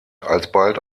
alsbald